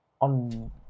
On